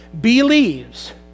believes